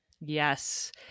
Yes